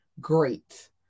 great